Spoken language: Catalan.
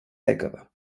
dècada